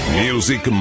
music